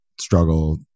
struggle